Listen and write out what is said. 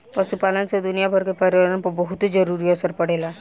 पशुपालन से दुनियाभर के पर्यावरण पर बहुते जरूरी असर पड़ेला